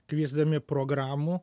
kviesdami programų